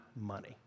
money